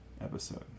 episode